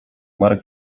marek